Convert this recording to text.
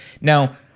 Now